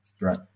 right